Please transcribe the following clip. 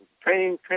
training